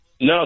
No